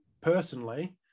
personally